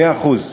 מאה אחוז.